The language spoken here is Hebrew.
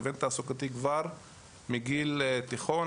כיוון תעסוקתי כבר מגיל תיכון,